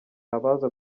abaza